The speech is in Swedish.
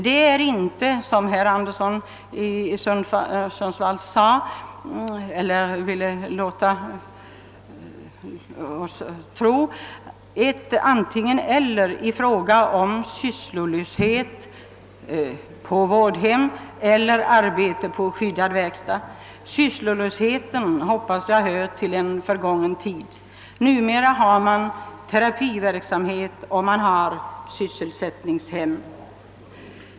Det är inte, som herr Anderson i Sundsvall ville göra troligt, ett antingen — eller i fråga om sysslolöshet på vårdhem eller arbete på skyddad verkstad. Sysslolösheten hoppas jag hör till en förgången tid. Numera har man terapiverksamhet och man har sysselsättningshem.